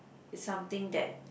it's something that